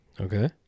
Okay